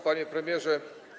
Panie Premierze!